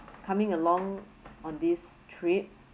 coming along on this trip